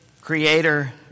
creator